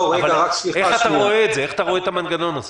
אז